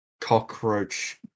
cockroach